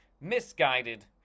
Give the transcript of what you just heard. misguided